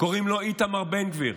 קוראים לו איתמר בן גביר.